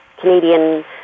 Canadian